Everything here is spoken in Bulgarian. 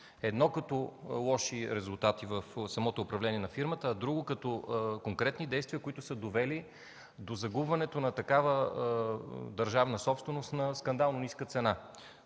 едно, като лоши резултати в самото управление на фирмата, а друго, като конкретни действия, които са довели до загубването на такава държавна собственост на скандално ниска цена.